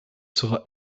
sera